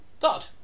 God